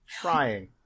Trying